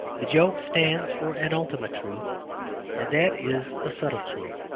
the joke stands for an ultimate truth, and that is a subtle truth.